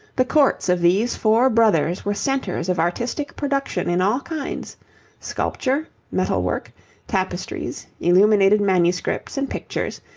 the courts of these four brothers were centres of artistic production in all kinds sculpture, metal-work, tapestries, illuminated manuscripts and pictures,